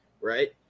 right